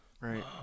Right